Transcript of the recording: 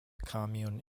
commune